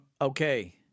Okay